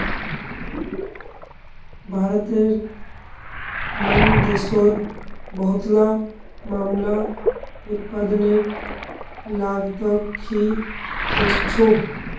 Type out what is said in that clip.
भारतेर मन देशोंत बहुतला मामला उत्पादनेर लागतक ही देखछो